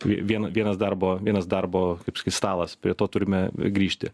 vi viena vienas darbo vienas darbo kaip sakyt stalas prie to turime ir grįžti